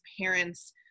parents